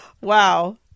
Wow